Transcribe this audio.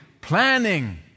planning